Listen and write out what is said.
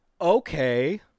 okay